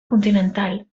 continental